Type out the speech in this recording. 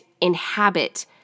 inhabit